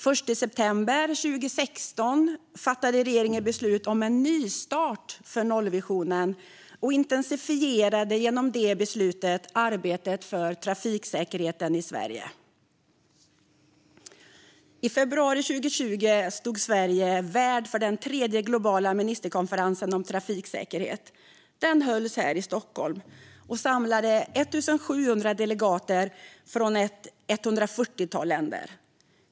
Den 1 september 2016 fattade regeringen beslut om en nystart för nollvisionen och intensifierade genom det beslutet arbetet för trafiksäkerheten i Sverige. I februari 2020 stod Sverige värd för den tredje globala ministerkonferensen om trafiksäkerhet. Den hölls här i Stockholm och samlade 1 700 delegater från ett hundrafyrtiotal länder.